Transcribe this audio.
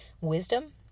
wisdom